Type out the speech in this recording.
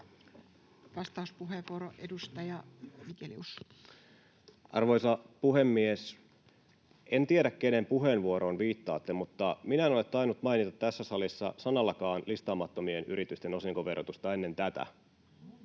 Content: Arvoisa puhemies! En tiedä, kenen puheenvuoroon viittaatte, mutta minä en ole tainnut mainita tässä salissa sanallakaan listaamattomien yritysten osinkoverotusta ennen tätä.